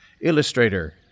illustrator